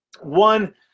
One